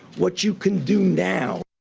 what you can do now.